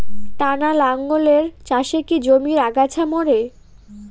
টানা লাঙ্গলের চাষে কি জমির আগাছা মরে?